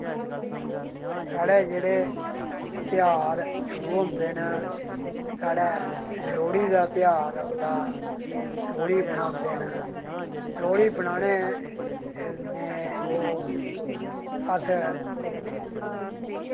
साढ़े जेह्ड़े तेहार शुरू होंदे न साढ़े लोह्ड़ी दा तेहार औंदा लोह्ड़ी बनांदे न लोह्ड़ी बनाने दे ओह् अस